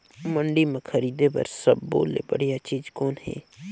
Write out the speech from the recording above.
मंडी म खरीदे बर सब्बो ले बढ़िया चीज़ कौन हे?